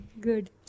Good